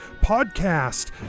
Podcast